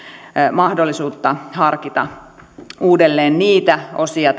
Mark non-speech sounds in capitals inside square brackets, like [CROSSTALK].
mahdollisuutta harkita uudelleen niitä osia [UNINTELLIGIBLE]